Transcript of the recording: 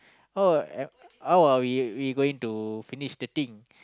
oh how are we we going to finish the thing